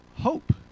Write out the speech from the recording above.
hope